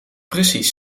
precies